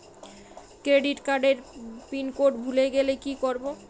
Credit কার্ডের pin code ভুলে গেলে কি করব?